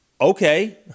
Okay